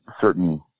certain